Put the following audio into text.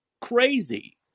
crazy